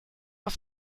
auf